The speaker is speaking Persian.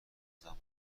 زمان